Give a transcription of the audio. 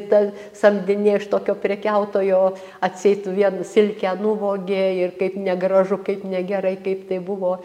ta samdinė iš tokio prekiautojo atseit vien silkę nuvogė ir kaip negražu kaip negerai kaip tai buvo